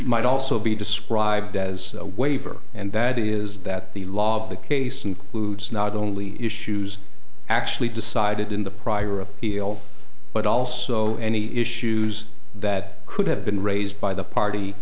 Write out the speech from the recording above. might also be described as a waiver and that is that the law of the case includes not only issues actually decided in the prior appeal but also any issues that could have been raised by the party